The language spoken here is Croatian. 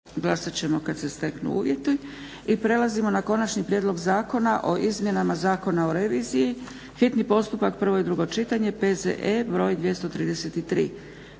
**Zgrebec, Dragica (SDP)** Prelazimo na - Konačni prijedlog Zakona o izmjenama Zakona o reviziji, hitni postupak, prvo i drugo čitanje, P.Z.E. br. 233